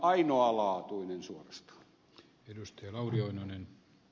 ainoalaatuinen suorastaan